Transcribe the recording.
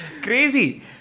Crazy